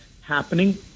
happening